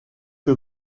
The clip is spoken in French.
que